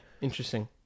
Interesting